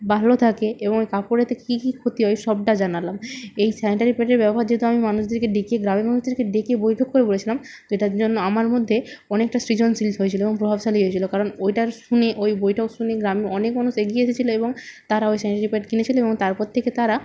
ভালো থাকে এবং কাপড়েতে কী কী ক্ষতি হয় সবটা জানালাম এই স্যানিটারি প্যাডের ব্যবহার যেহেতু আমি মানুষদেরকে ডেকে গ্রামের মধ্যে তাদেরকে ডেকে বৈঠক করে বলেছিলাম তো এটার জন্য আমার মধ্যে অনেকটা সৃজনশীল হয়েছিল এবং প্রভাবশালী হয়েছিল কারণ ওইটার শুনে ওই বৈঠক শুনে গ্রামের অনেক মানুষ এগিয়ে এসেছিল এবং তারা ওই স্যানিটারি প্যাড কিনেছিল এবং তার পর থেকে তারা